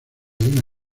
una